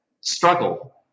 struggle